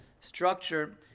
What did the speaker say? structure